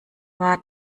war